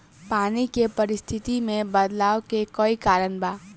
पानी के परिस्थिति में बदलाव के कई कारण बा